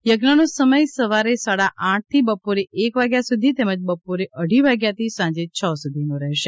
યજ્ઞનો સમય સવારે સાડા આઠથી બપોરે એક વાગ્યા સુધી તેમજ બપોરે અઢી વાગ્યાથી સાંજે છ સુધી રહેશે